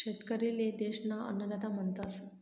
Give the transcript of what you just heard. शेतकरी ले देश ना अन्नदाता म्हणतस